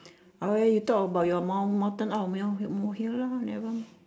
okay you talk about your moun~ mountain up mole mole hill lah nevermind